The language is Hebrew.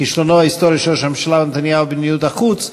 כישלונו ההיסטורי של ראש הממשלה נתניהו במדיניות החוץ,